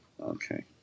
Okay